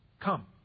Come